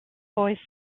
boy